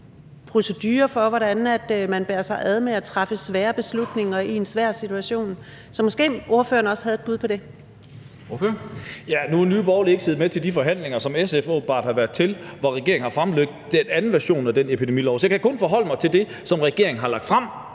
procedurer for, hvordan man bærer sig ad med at træffe svære beslutninger i en svær situation. Måske ordføreren også havde et bud på det. Kl. 14:19 Formanden (Henrik Dam Kristensen): Ordføreren. Kl. 14:19 Lars Boje Mathiesen (NB): Nu har Nye Borgerlige ikke siddet med ved de forhandlinger, som SF åbenbart har været til, hvor regeringen har fremlagt den anden version af den epidemilov. Jeg kan kun forholde mig til det, som regeringen har lagt frem